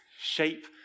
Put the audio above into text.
shape